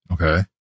Okay